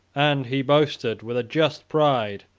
and he boasted, with a just pride,